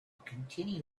continued